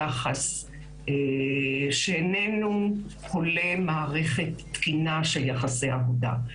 יחס שאיננו הולם מערכת תקינה של יחסי עבודה.